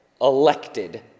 elected